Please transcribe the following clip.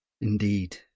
indeed